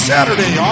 Saturday